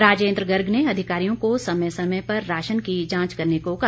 राजेन्द्र गर्ग ने अधिकारियों को समय समय पर राशन की जांच करने को कहा